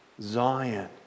Zion